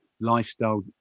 lifestyle